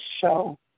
show